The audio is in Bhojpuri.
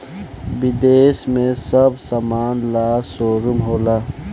विदेश में सब समान ला शोरूम होला